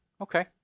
Okay